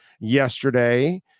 yesterday